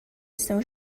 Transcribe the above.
estão